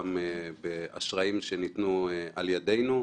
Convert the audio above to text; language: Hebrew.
באשראים שניתנו על ידנו.